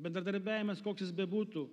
bendradarbiavimas koks jis bebūtų